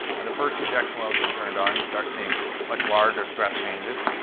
the first injection well has been turned on. you start seeing much larger stress changes.